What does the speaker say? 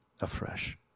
afresh